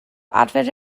adfer